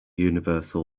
universal